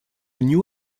new